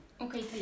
Okay